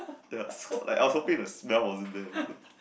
ya like so I was hoping the smell wasn't there